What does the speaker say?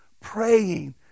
praying